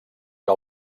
que